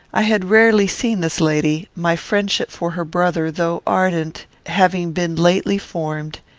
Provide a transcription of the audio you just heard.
i had rarely seen this lady my friendship for her brother, though ardent, having been lately formed,